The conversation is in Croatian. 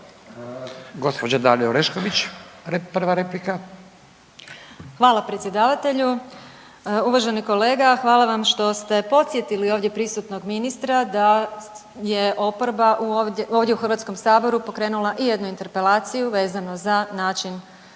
(Stranka s imenom i prezimenom)** Hvala predsjedavatelju. Uvaženi kolega, hvala vam što ste podsjetili ovdje prisutnog ministra da je oporba ovdje u HS pokrenula i jednu interpelaciju vezano za način nošenja